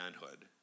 manhood